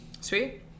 sweet